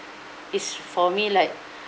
it's for me like